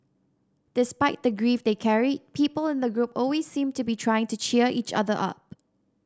despite the grief they carried people in the group always seemed to be trying to cheer each other up